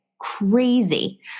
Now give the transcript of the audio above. Crazy